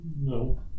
No